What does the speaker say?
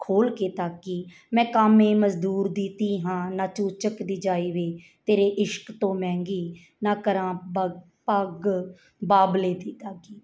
ਖੋਲ੍ਹ ਕੇ ਤਾਕੀ ਮੈਂ ਕਾਮੇ ਮਜ਼ਦੂਰ ਦੀ ਧੀ ਹਾਂ ਨਾ ਚੂਚਕ ਦੀ ਜਾਈ ਵੇ ਤੇਰੇ ਇਸ਼ਕ ਤੋਂ ਮਹਿੰਗੀ ਨਾ ਕਰਾਂ ਬਗ ਪੱਗ ਬਾਬਲੇ ਦੀ ਦਾਗੀ